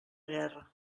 guerra